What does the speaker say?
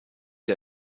der